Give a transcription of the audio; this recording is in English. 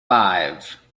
five